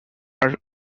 are